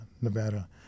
Nevada